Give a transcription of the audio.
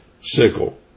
sickle